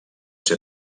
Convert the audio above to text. ser